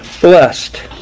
blessed